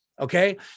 Okay